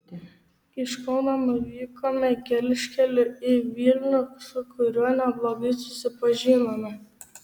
iš kauno nuvykome gelžkeliu į vilnių su kuriuo neblogai susipažinome